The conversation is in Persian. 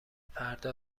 فردا